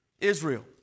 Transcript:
Israel